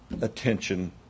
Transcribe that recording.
attention